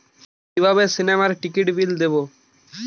কিভাবে সিনেমার টিকিটের বিল দেবো?